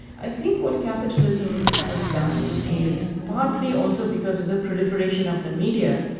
i think what capitalism has done is, partly also because of the proliferation of the media,